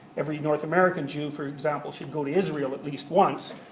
every north american jew, for example, should go to israel at least once.